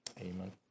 Amen